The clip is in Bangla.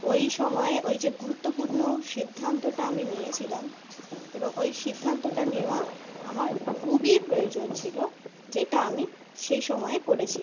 ওই সময়ে ওই যে গুরুত্বপূর্ণ সিদ্ধান্তটা আমি নিয়েছিলাম এবং ওই সিদ্ধান্তটা নেওয়া আমার খুবই প্রয়োজন ছিল যেটা আমি সেই সময়ে করেছি